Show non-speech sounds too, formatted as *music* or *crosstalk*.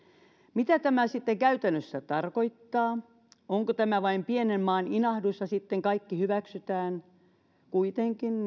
mitä tämä sitten käytännössä tarkoittaa onko tämä vain pienen maan inahdus ja sitten kaikki hyväksytään kuitenkin *unintelligible*